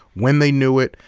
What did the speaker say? when they knew it,